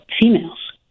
females